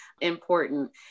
important